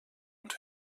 und